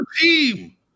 team